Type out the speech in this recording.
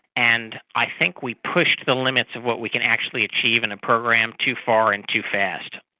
and i think we pushed the limits of what we can actually achieve in a program too far and too fast.